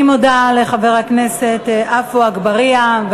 אני מודה לחבר הכנסת עפו אגבאריה,